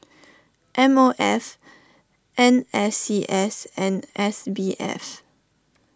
M O F N S C S and S B F